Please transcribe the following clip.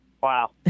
Wow